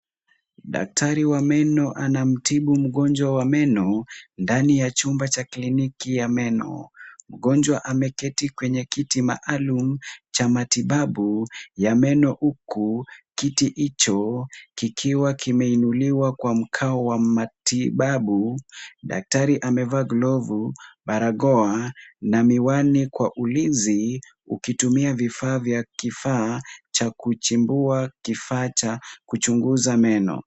Daktari wa meno anamtibu mgonjwa wa meno ndani ya chumba cha kliniki ya meno. Mgonjwa ameketi kwenye kiti maalum cha matibabu ya meno huku kiti hicho kikiwa kimeinuliwa kwa mkao wa matibabu. Daktari amevaa glovu, barakoa na miwani kwa ulinzi, ukitumia vifaa vya kifaa, cha kuchimbua kifaa cha kuchunguza meno.